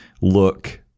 look